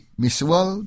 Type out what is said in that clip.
miswal